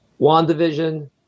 Wandavision